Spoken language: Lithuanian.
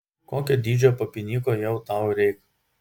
kokio dydžio papinyko jau tau reik